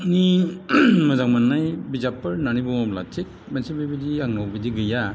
आंनि मोजां मोननाय बिजाबफोर होननानै बुङोब्ला थिग मोनसे बेबायदि आंनाव बिदि गैया